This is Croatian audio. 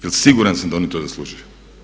Jer siguran sam da oni to zaslužuju.